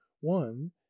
one